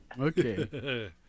Okay